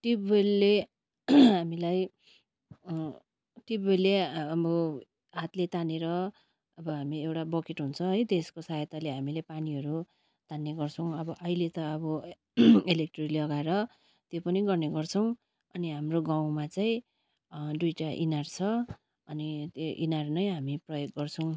ट्युबवेलले हामीलाई ट्युबवेलले अब हातले तानेर अब हामी एउटा बकेट हुन्छ है त्यसको सहायताले हामीले पानीहरू तान्ने गर्छौँ अब अहिले त अब इलेक्ट्रिक लगाएर त्यो पनि गर्ने गर्छौँ अनि हाम्रो गाउँमा चाहिँ दुइटा इनार छ अनि इनार नै हामी प्रयोग गर्छौँ